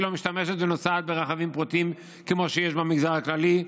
היא לא משתמשת ונוסעת ברכבים פרטיים כמו שיש במגזר הכללי,